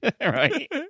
right